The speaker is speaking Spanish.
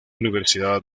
universidad